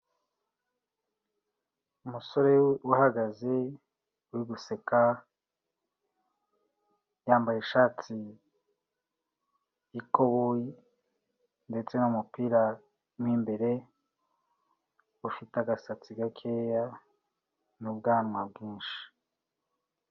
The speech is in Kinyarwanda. Umusore uhagaze uri guseka yambaye ishati y'ikoboyi ndetse n'umupira mo imbere, ufite agasatsi gakeya n'ubwanwa bwinshi.